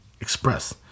express